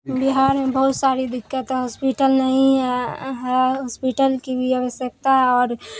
بہار میں بہت ساری دقت ہے ہاسپیٹل نہیں ہے ہے ہاسپیٹل کی بھی آوشکتا اور